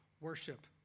worship